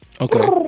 Okay